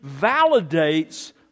validates